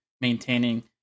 maintaining